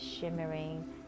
shimmering